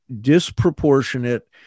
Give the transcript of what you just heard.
disproportionate